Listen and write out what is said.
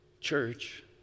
church